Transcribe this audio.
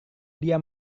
dia